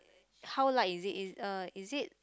how light is it is uh is it